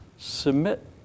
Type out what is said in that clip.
Submit